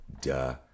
duh